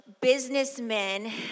businessmen